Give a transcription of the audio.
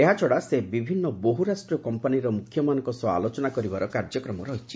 ଏହା ଛଡ଼ା ସେ ବିଭିନ୍ନ ବହୁରାଷ୍ଟ୍ରୀୟ କମ୍ପାନୀର ମୁଖ୍ୟମାନଙ୍କ ସହ ଆଲୋଚନା କରିବାର କାର୍ଯ୍ୟକ୍ରମ ରହିଛି